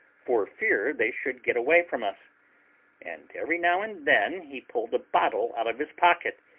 for fear they should get away from us and every now and then he pulled a bottle out of his pocket,